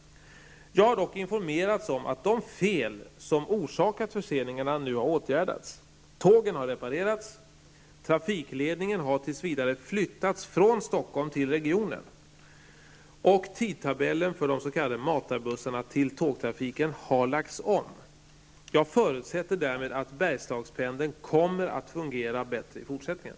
Jag har dock informerats om att de fel som orsakat förseningarna nu har åtgärdats. Tågen har reparerats, trafikledningen har tills vidare flyttats från Stockholm till regionen, och tidtabellen för de s.k. matarbussarna till tågtrafiken har lagts om. Jag förutsätter därmed att Bergslagspendeln kommer att fungera bättre i fortsättningen.